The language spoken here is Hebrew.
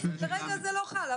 אז כרגע זה לא חל.